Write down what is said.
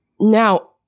now